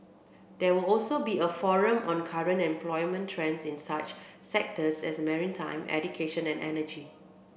there will also be a forum on current employment trends in such sectors as maritime education and energy